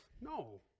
No